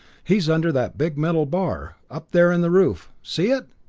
he's under that big metal bar up there in the roof see it?